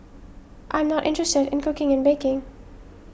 I am not interested in cooking and baking